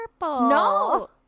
No